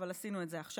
אבל עשינו את זה עכשיו.